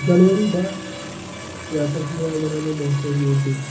جَنؤری بہہ یہِ ہَسا چھِ یِوان مَناونہٕ نیشنَل یوٗتھ ڈے